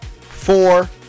four